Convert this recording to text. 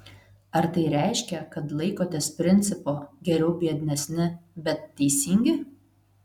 ar tai reiškia kad laikotės principo geriau biednesni bet teisingi